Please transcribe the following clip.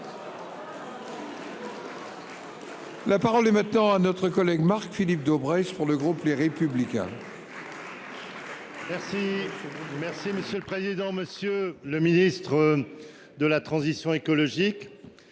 La parole est maintenant à notre collègue Marc Philippe Daubresse pour le groupe Les Républicains. C'est monsieur le président, monsieur le ministre. De la transition écologique.